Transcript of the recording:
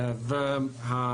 וכמובן,